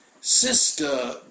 sister